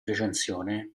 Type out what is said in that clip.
recensione